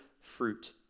fruit